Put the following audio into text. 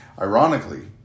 Ironically